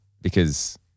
because-